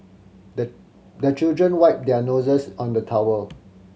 the the children wipe their noses on the towel